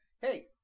hey